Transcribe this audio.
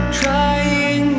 trying